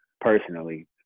personally